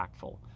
impactful